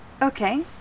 okay